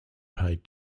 paid